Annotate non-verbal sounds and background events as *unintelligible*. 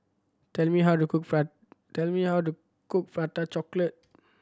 tell me how to cook *unintelligible* tell me how to cook Prata Chocolate